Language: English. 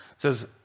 Says